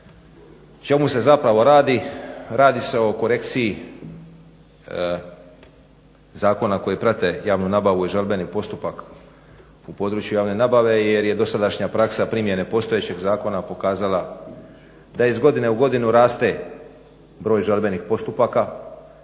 čemu se zapravo radi? Radi se o korekciji zakona koji prate javnu nabavu i žalbeni postupak u području javne nabave jer je dosadašnja praksa primjene postojećeg zakona pokazala da iz godine u godinu raste broj žalbenih postupaka